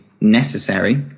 necessary